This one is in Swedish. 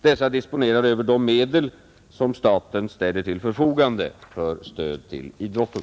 Dessa disponerar över de medel som staten ställer till förfogande för stöd till idrotten.